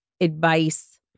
advice